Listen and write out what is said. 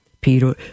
Peter